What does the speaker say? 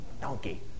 donkey